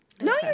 No